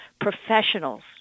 professionals